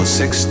six